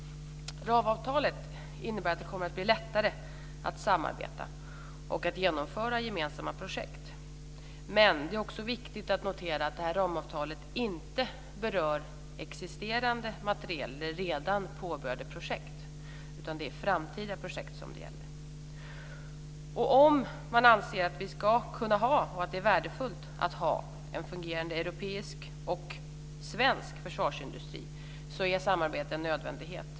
Ramavtalet innebär att det kommer att bli lättare att samarbeta och att genomföra gemensamma projekt. Men det är också viktigt att notera att detta ramavtal inte berör existerande materiel eller redan påbörjade projekt, utan detta gäller framtida projekt. Om man anser att vi ska kunna ha, och att det är värdefullt att ha, en fungerande europeisk och svensk försvarsindustri, så är samarbete en nödvändighet.